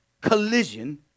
collision